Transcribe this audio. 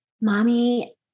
Mommy